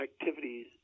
activities